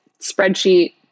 Spreadsheet